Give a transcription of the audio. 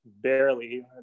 barely